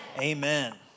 amen